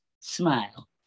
smile